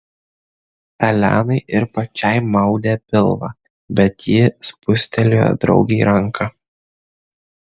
elenai ir pačiai maudė pilvą bet ji spustelėjo draugei ranką